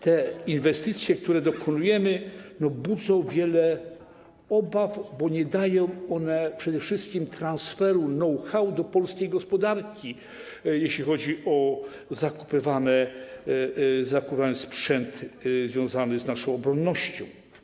Te inwestycje, które realizujemy, budzą wiele obaw, bo nie dają one przede wszystkim transferu know-how do polskiej gospodarki, jeśli chodzi o zakupywany sprzęt związany z naszą obronnością.